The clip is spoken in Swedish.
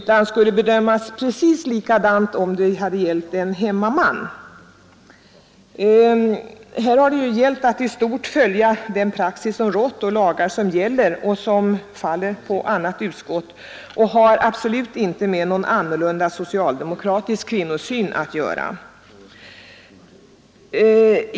Det skulle bedömas precis likadant om det hade gällt en hemmaman. Här har det ju gällt att i stort följa den praxis som rått och lagar som gäller — och som faller under annat utskotts verksamhetsområde. Det har inte med någon annorlunda socialdemokratisk kvinnosyn att göra.